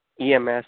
EMS